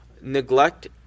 neglect